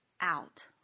out